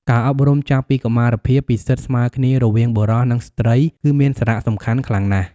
ការអប់រំចាប់ពីកុមារភាពពីសិទ្ធិស្មើគ្នារវាងបុរស និងស្ត្រីគឺមានសារៈសំខាន់ខ្លាំងណាស់។